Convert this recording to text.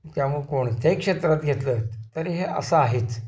त्यामुळं कोणत्याही क्षेत्रात घेतलंंत तर हे असं आहेच